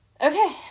Okay